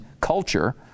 culture